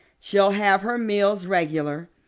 she'll have her meals regular,